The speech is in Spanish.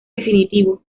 definitivo